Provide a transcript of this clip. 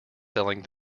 selling